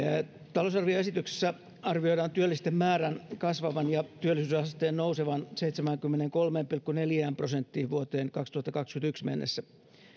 talousarvioesityksessä arvioidaan työllisten määrän kasvavan ja työllisyysasteen nousevan seitsemäänkymmeneenkolmeen pilkku neljään prosenttiin vuoteen kaksituhattakaksikymmentäyksi mennessä